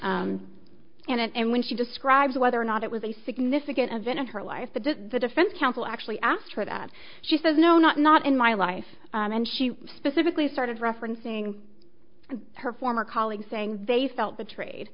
e and when she describes whether or not it was a significant event in her life but this the defense counsel actually asked her that she says no not not in my life and she specifically started referencing her former colleagues saying they felt betrayed